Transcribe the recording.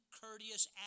courteous